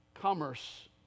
commerce